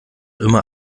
immer